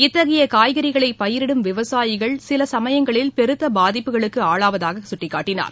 இத்தகைய காய்கறிகளை பயிரிடும் விவசாயிகள் சில சமயங்களில் பெருத்த பாதிப்புகளுக்கு ஆளாவதை சுட்டிக்காட்டினார்